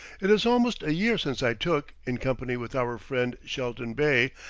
it is almost a year since i took, in company with our friend shelton bey,